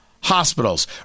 hospitals